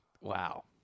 Wow